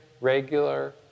regular